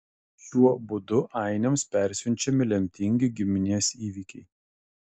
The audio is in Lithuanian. šiuo būdu ainiams persiunčiami lemtingi giminės įvykiai